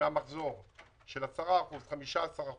מהמחזור של 10%, 15%